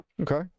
okay